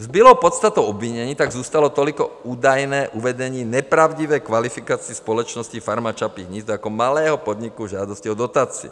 Zbylo podstatou obvinění tak zůstalo toliko údajné uvedení nepravdivé kvalifikace společnosti Farma Čapí hnízdo jako malého podniku v žádosti o dotaci.